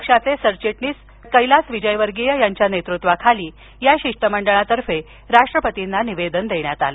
पक्षाचे सरचिटणीस कैलास विजय वर्गीय यांच्या नेतृत्वाखाली हया शिष्टमंडळातर्फे राष्ट्रपतींना निवेदन देण्यात आलं